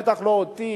בטח לא אותי,